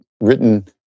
written